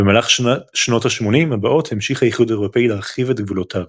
במהלך שנות ה-80 הבאות המשיך האיחוד האירופי להרחיב את גבולותיו.